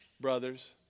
brothers